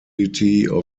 automatic